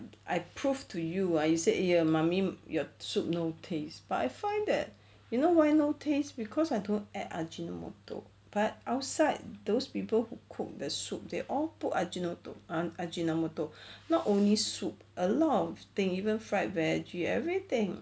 I prove to you ah you said you eh mummy your soup no taste but I find that you know why no taste cause I don't add ajinomoto but outside those people who cook the soup they all put ajinomoto ah ajinomoto not only soup a lot of thing even fried veggie everything